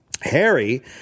Harry